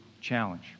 challenge